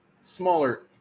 smaller